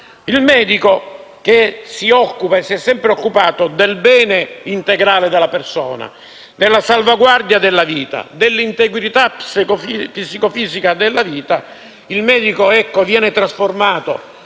il medico che si è sempre occupato del bene integrale della persona, della salvaguardia della vita e dell'integrità psicofisica del paziente viene trasformato,